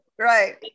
right